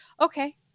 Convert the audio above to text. okay